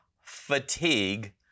fatigue